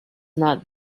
not